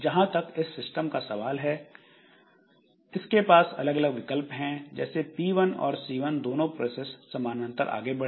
जहां तक इस सिस्टम का सवाल है इसके पास अलग अलग विकल्प हैं जैसे P1 और C1 दोनों प्रोसेस समानांतर आगे बढ़ें